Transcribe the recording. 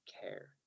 care